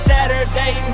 Saturday